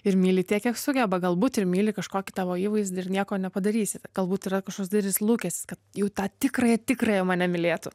ir myli tiek kiek sugeba galbūt ir myli kažkokį tavo įvaizdį ir nieko nepadarysi galbūt yra kažkoks didelis lūkestis kad jau tą tikrąją tikrąją mane mylėtų